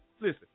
listen